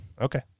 Okay